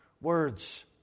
words